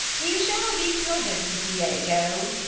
you shall be cozen'd, diego.